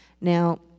Now